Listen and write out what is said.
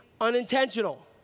unintentional